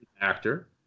Actor